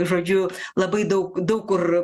žodžiu labai daug daug kur